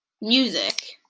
music